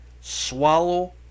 swallow